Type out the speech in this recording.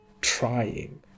trying